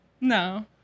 no